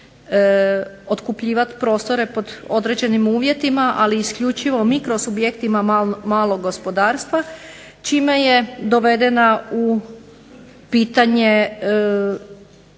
otkupljivati prostore po određenim uvjetima ali isključivo mikro subjektima malog gospodarstva čime je dovedena u pitanja